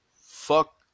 fuck